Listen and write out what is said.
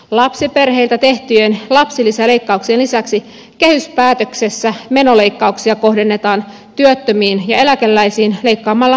lapsiperheiltä tehtyjen lapsilisäleikkauk sien lisäksi kehyspäätöksessä menoleikkauksia kohdennetaan työttömiin ja eläkeläisiin leikkaamalla sosiaalietuuksien indeksejä